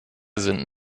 sind